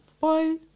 Bye